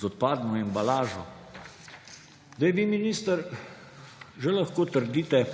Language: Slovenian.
z odpadno embalažo. Vi, minister, že lahko trdite,